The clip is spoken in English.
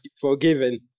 forgiven